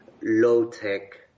low-tech